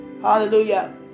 Hallelujah